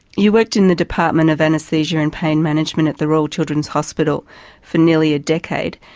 you worked in the department of anaesthesia and pain management at the royal children's hospital for nearly a decade,